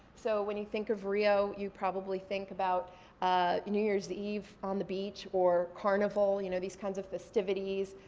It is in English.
so when you think of rio, you probably think about new year's even on the beach, or carnival, you know these kinds of festivities,